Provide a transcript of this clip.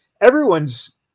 Everyone's